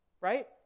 right